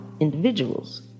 Individuals